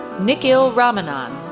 nikhil ramanan,